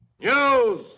News